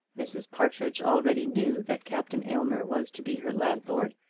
mrs. partridge already knew that captain aylmer was to be her landlord,